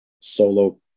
solo